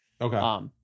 Okay